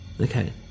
Okay